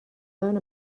learn